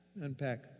unpack